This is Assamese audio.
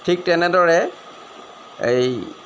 ঠিক তেনেদৰে এই